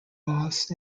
loss